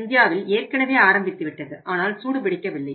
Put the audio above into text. இந்தியாவில் ஏற்கனவே ஆரம்பித்து விட்டது ஆனால் சூடு பிடிக்கவில்லை